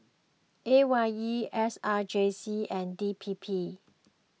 A Y E S R J C and D P P